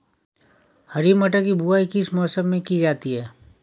हरी मटर की बुवाई किस मौसम में की जाती है?